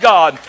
God